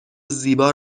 زیبا